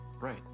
Right